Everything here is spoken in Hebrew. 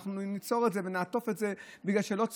אנחנו ניצור את זה ונעטוף את זה בגלל שלא צריך,